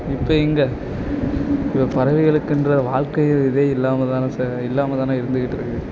இப்போ எங்கே இப்போ பறவைகளுக்குன்ற வாழ்க்கையே இதே இல்லாமல் தானே சா இல்லாமல் தானே இருந்துகிட்டு இருக்குது